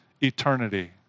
eternity